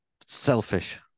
selfish